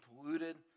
polluted